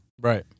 Right